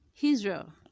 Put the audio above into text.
Israel